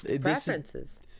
Preferences